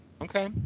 Okay